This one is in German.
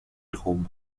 rom